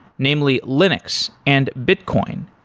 namely linux and bitcoin.